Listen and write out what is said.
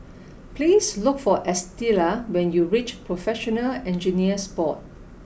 please look for Estela when you reach Professional Engineers Board